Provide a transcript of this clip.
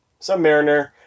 Submariner